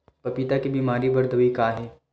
पपीता के बीमारी बर दवाई का हे?